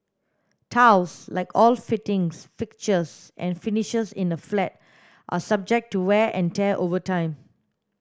tiles like all fittings fixtures and finishes in a flat are subject to wear and tear over time